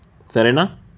సరేనా